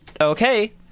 Okay